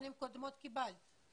קודמות קיבלת?